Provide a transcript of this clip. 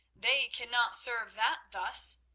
they cannot serve that thus.